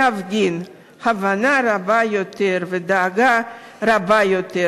להפגין הבנה רבה יותר ודאגה רבה יותר